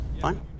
fine